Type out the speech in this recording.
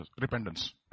Repentance